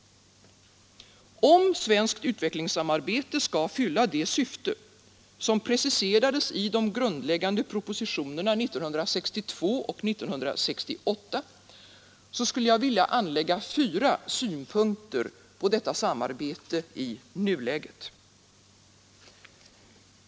Om svenskt utvecklingssamarbete skall fylla det syfte som preciserades i de grundläggande propositionerna åren 1962 och 1968, skulle jag vilja anlägga fyra synpunkter på detta samarbete i nuläget.